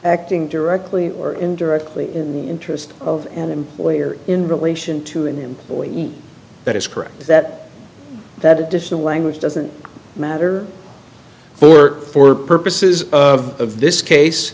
acting directly or indirectly in the interest of an employer in relation to an employee that is correct that that additional language doesn't matter for work for purposes of this